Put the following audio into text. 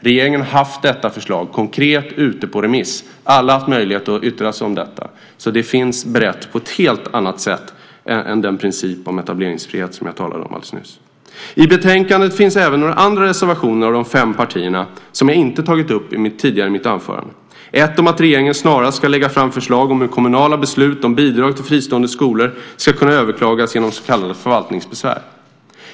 Regeringen har haft detta förslag konkret ute på remiss. Alla har haft möjlighet att yttra sig om det. Så det är berett på ett helt annat sätt än förslaget om principen om etableringsfrihet som jag talade om alldeles nyss. I betänkandet finns även några andra reservationer från de fem partierna som jag inte har tagit upp tidigare i mitt anförande. Ett handlar om att regeringen snarast ska lägga fram förslag om hur kommunala beslut om bidrag till fristående skolor ska kunna överklagas genom så kallade förvaltningsbesvär.